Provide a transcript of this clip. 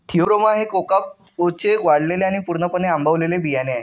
Theobroma हे कोकाओचे वाळलेले आणि पूर्णपणे आंबवलेले बियाणे आहे